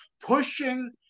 pushing